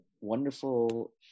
wonderful